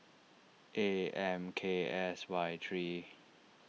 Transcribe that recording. A M K S Y three